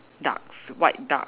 ducks white duck